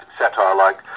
satire-like